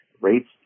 rates